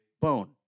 bone